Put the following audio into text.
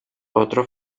otro